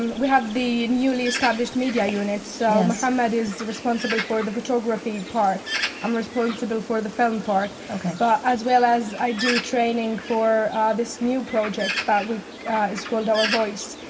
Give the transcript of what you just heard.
and we have the newly established media unit. so mohammed is responsible for the photography part i'm responsible for the film part ok but as well as i do training for this new project that we is called our voice,